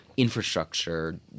infrastructure